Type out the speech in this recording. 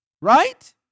right